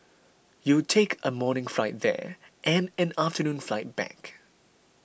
you'll take a morning flight there and an afternoon flight back